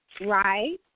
right